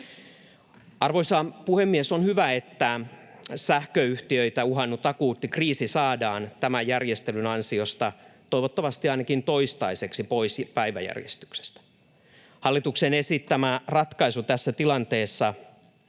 Arvoisa puhemies! On hyvä, että sähköyhtiöitä uhannut akuutti kriisi saadaan tämän järjestelyn ansiosta toivottavasti ainakin toistaiseksi pois päiväjärjestyksestä. Hallituksen esittämä ratkaisu on tässä tilanteessa